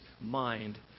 mind